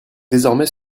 désormais